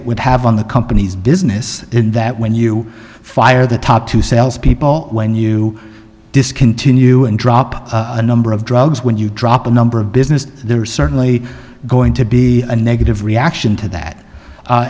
it would have on the company's business in that when you fire the top two sales people when you discontinue and drop a number of drugs when you drop a number of business there are certainly going to be a negative reaction to that